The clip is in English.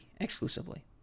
exclusively